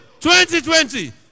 2020